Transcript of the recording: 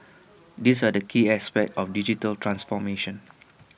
these are the key aspects of digital transformation